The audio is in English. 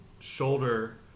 shoulder